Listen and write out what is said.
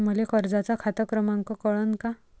मले कर्जाचा खात क्रमांक कळन का?